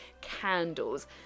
candles